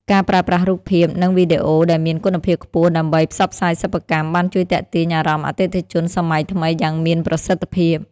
ការប្រើប្រាស់រូបភាព និងវីដេអូដែលមានគុណភាពខ្ពស់ដើម្បីផ្សព្វផ្សាយសិប្បកម្ម បានជួយទាក់ទាញអារម្មណ៍អតិថិជនសម័យថ្មីយ៉ាងមានប្រសិទ្ធភាព។